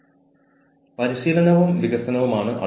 വൈവിധ്യമാർന്ന തൊഴിലാളികളുടെ ആവശ്യങ്ങൾ കൂടി കണക്കിലെടുക്കണം